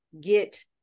get